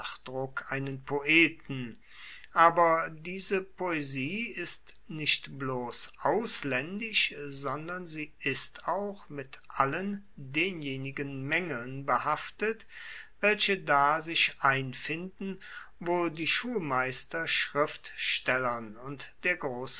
einen poeten aber diese poesie ist nicht bloss auslaendisch sondern sie ist auch mit allen denjenigen maengeln behaftet welche da sich einfinden wo die schulmeister schriftstellern und der